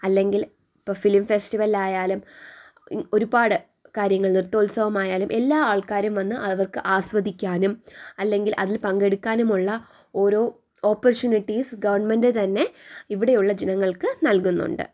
അല്ലെങ്കിൽ ഇപ്പം ഫിലിം ഫെസ്റ്റിവലായാലും ഒരുപാട് കാര്യങ്ങൾ നൃത്തോത്സവം ആയാലും എല്ലാ ആൾക്കാരും വന്ന് അവർക്ക് ആസ്വദിക്കാനും അല്ലെങ്കിൽ അതിൽ പങ്കെടുക്കാനുമുള്ള ഓരോ ഓപ്പർച്യൂണിറ്റീസ് ഗവൺമെൻറ്റ് തന്നെ ഇവിടെയുള്ള ജനങ്ങൾക്ക് നൽകുന്നുണ്ട്